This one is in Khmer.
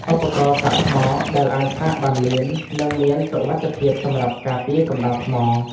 ឧបករណ៍សាកថ្ម ដែលអាចសាកបានលឿន និងមានសុវត្ថិភាពសម្រាប់ការពារកម្ដៅថ្ម។